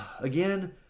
again